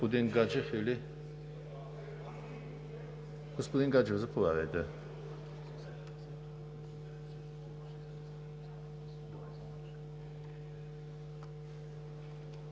Господин Гаджев, заповядайте.